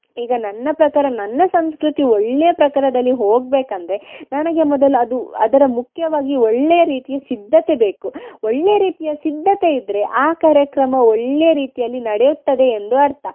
ಈಗ ನನ್ನ ಪ್ರಕಾರ ನನ್ನ ಸಂಸ್ಕೃತಿ ಒಳ್ಳೆಯ ಪ್ರಕಾರದಲ್ಲಿ ಹೋಗಬೇಕಂದ್ರೆ ನನಗೆ ಮೊದಲು ಅದು ಅದರ ಮುಖ್ಯವಾಗಿ ಒಳ್ಳೆಯ ರೀತಿಯ ಸಿದ್ಧತೆ ಬೇಕು ಒಳ್ಳೆಯ ರೀತಿಯ ಸಿದ್ಧತೆ ಇದ್ದರೆ ಆ ಕಾರ್ಯಕ್ರಮ ಒಳ್ಳೆಯ ರೀತಿಯಲ್ಲಿ ನಡೆಯುತ್ತದೆ ಎಂದು ಅರ್ಥ